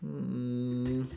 mm